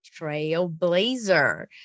trailblazer